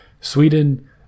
Sweden